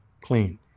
clean